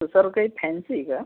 तर सर काही फॅन्सी आहे का